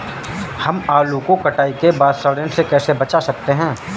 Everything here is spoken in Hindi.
हम आलू को कटाई के बाद सड़ने से कैसे बचा सकते हैं?